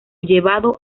llevado